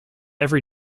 every